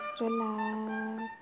Relax